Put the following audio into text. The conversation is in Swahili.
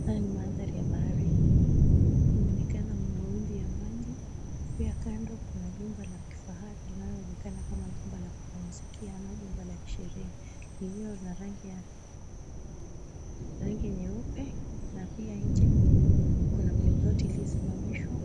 Haya ni mandhari ya baharini. Kunaonekana mawimbi ya maji, pia kando kuna jumba la kifahari linaloonekana kama jumba la kupumzikia ama jumba la kisherehe iliyo na rangi nyeupe. Na pia nje kuna mlingoti iliyosimamishwa